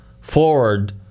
forward